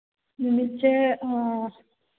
ꯅꯨꯃꯤꯠꯁꯦ